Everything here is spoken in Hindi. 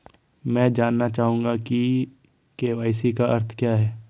मैं जानना चाहूंगा कि के.वाई.सी का अर्थ क्या है?